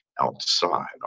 outside